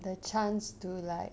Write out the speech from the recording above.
the chance to like